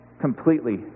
completely